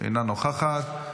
אינה נוכחת,